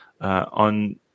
on –